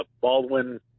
Baldwin